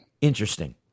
interesting